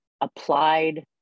applied